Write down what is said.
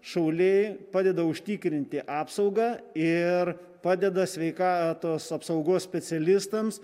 šauliai padeda užtikrinti apsaugą ir padeda sveikatos apsaugos specialistams